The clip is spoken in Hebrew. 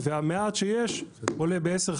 והמעט שיש עולה ב-10%,